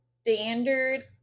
standard